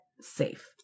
safe